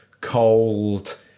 cold